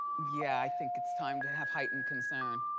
yeah i think it's time to have heightened concern.